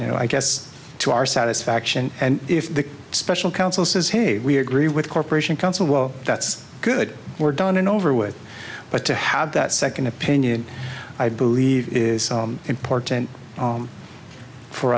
you know i guess to our satisfaction and if the special counsel says hey we agree with corporation counsel well that's good we're done and over with but to have that second opinion i believe is important